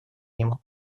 нему